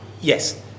Yes